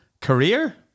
career